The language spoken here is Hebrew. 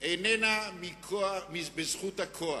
איננה בזכות הכוח,